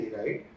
right